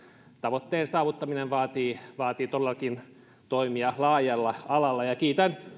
tavoitteen saavuttaminen vaatii vaatii todellakin toimia laajalla alalla kiitän